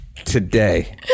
today